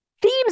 Themes